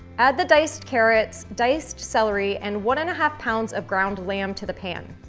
add the diced carrots, diced celery, and one and a half pounds of ground lamb to the pan.